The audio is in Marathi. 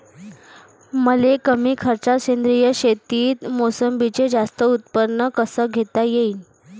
मले कमी खर्चात सेंद्रीय शेतीत मोसंबीचं जास्त उत्पन्न कस घेता येईन?